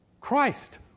Christ